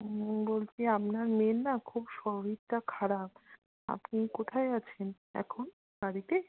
হুম বলছি আপনার মেয়ের না খুব শরীরটা খারাপ আপনি কোথায় আছেন এখন বাড়িতে